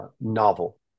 novel